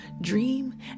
Dream